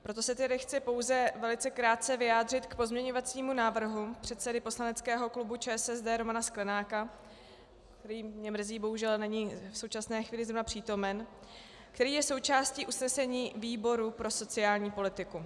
Proto se tedy chci pouze velice krátce vyjádřit k pozměňovacímu návrhu předsedy poslaneckého klubu ČSSD Romana Sklenáka který, mě mrzí, bohužel není v současné chvíli přítomen , který je součástí usnesení výboru pro sociální politiku.